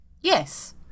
Yes